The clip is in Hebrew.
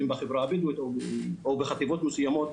אם בחברה הבדואית ואם בחטיבות ביניים מסוימות